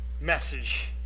message